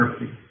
mercy